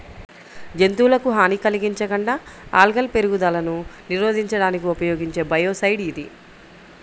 జంతువులకు హాని కలిగించకుండా ఆల్గల్ పెరుగుదలను నిరోధించడానికి ఉపయోగించే బయోసైడ్ ఇది